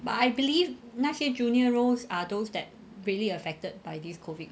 but I believe 那些 junior roles are those that really affected by this COVID